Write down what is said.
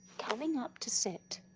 coming up to sit.